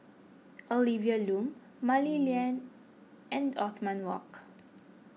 Olivia Lum Mah Li Lian and Othman Wok